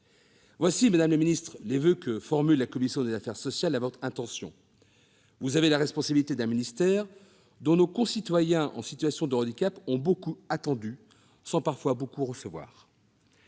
sont, madame la secrétaire d'État, les voeux que formule la commission des affaires sociales à votre intention. Vous avez la responsabilité d'un ministère dont nos concitoyens en situation de handicap ont beaucoup attendu, sans toujours beaucoup recevoir.